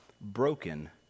broken